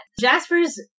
Jasper's